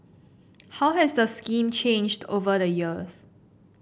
how has the scheme changed over the years